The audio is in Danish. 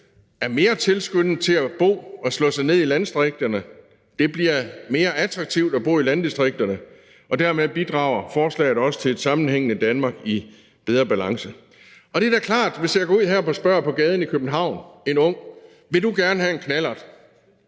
er mere tilskyndet til at bo og slå sig ned i landdistrikterne. Det bliver mere attraktivt at bo i landdistrikterne, og dermed bidrager forslaget også til et sammenhængende Danmark i bedre balance. Det er da klart, at hvis jeg går ud og spørger en ung på gaden her i København: Vil du gerne have en knallert?